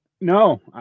no